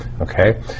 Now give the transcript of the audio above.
Okay